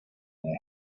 their